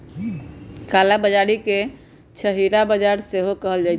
कला बजारी के छहिरा बजार सेहो कहइ छइ